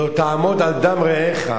לא תעמֹד על דם רעך",